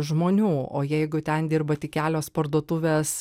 žmonių o jeigu ten dirba tik kelios parduotuvės